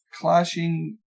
clashing